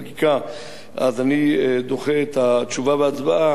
אני דוחה את התשובה ואת ההצבעה למועד אחר.